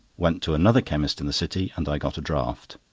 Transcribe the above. went to another chemist in the city, and i got a draught.